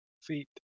feet